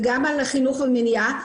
וגם על חינוך ומניעה.